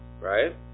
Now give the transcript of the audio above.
Right